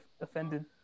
offended